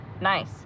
nice